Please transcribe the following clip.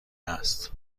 است